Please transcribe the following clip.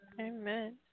Amen